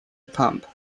pump